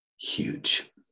huge